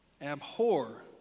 Abhor